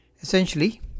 Essentially